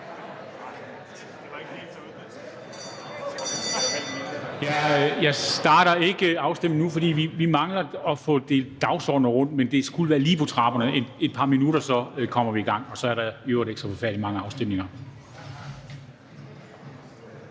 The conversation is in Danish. Jeg starter ikke afstemningen endnu, for vi mangler at få delt dagsordener rundt, men de skulle være lige på trapperne. Der går et par minutter, og så kommer vi i gang, og så er der i øvrigt ikke så forfærdelig mange afstemninger.